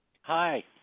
Hi